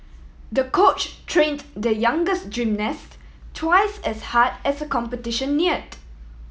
the coach trained the youngers gymnast twice as hard as the competition neared